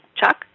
Chuck